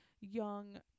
young